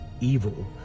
evil